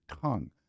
tongue